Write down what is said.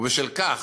ובשל כך,